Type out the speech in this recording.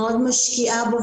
מאוד משקיעה בו.